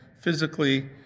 physically